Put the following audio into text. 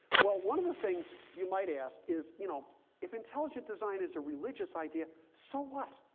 well, one of the things you might ask is, you know if intelligent design is a religious idea, so what?